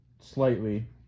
Slightly